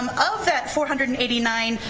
um of that four hundred and eighty nine,